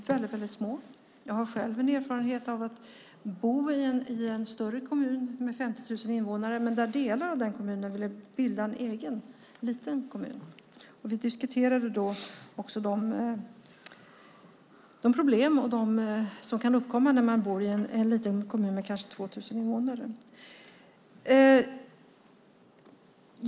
Jag har själv erfarenhet av att bo i en större kommun med 50 000 invånare men där delar av denna kommun vill bilda en egen liten kommun. Vi diskuterade de problem som kan uppkomma i en liten kommun med kanske 2 000 invånare.